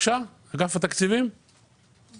שתהיה שיטת נטו באופן